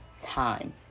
time